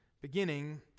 beginning